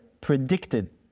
predicted